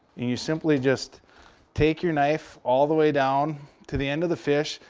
and you simply just take your knife all the way down to the end of the fish.